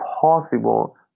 possible